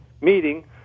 meeting